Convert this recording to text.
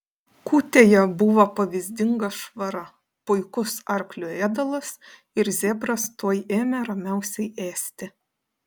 kūtėje buvo pavyzdinga švara puikus arklių ėdalas ir zebras tuoj ėmė ramiausiai ėsti